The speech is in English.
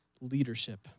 leadership